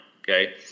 Okay